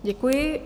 Děkuji.